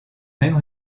même